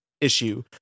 issue